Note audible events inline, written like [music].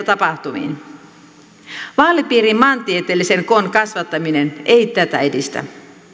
[unintelligible] tapahtumista vaalipiirien maantieteellisen koon kasvattaminen ei tätä edistä